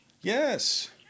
Yes